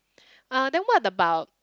uh then what about